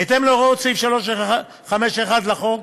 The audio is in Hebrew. בהתאם להוראות סעיף 351 לחוק,